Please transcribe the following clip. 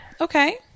Okay